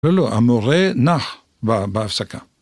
לא לא, המורה נח בהפסקה.